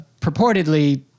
purportedly